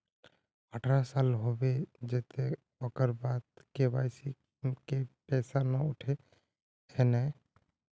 अठारह साल होबे जयते ओकर बाद बिना के.वाई.सी के पैसा न उठे है नय?